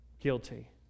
guilty